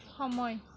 সময়